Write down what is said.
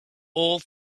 all